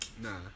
Nah